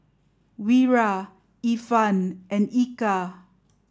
Wira Irfan and Eka